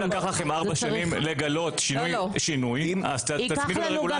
אם לקח לכם ארבע שנים לגלות שינויים- -- ייקח לנו גם